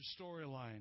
storyline